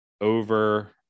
over